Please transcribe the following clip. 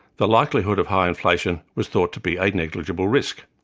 the likelihood of high inflation was thought to be a negligible risk.